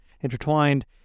intertwined